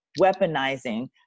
weaponizing